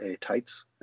tights